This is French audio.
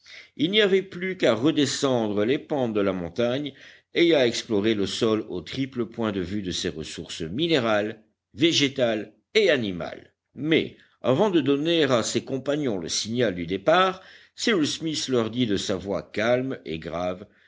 il n'y avait plus qu'à redescendre les pentes de la montagne et à explorer le sol au triple point de vue de ses ressources minérales végétales et animales mais avant de donner à ses compagnons le signal du départ cyrus smith leur dit de sa voix calme et grave